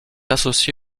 associé